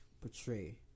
portray